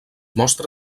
mostra